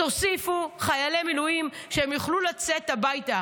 תוסיפו חיילי מילואים כדי שהם יוכלו לצאת הביתה.